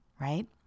right